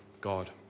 God